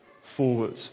forward